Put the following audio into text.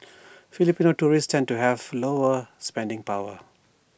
Filipino tourists tend to have lower spending power